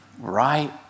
right